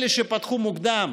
אלה שפתחו מוקדם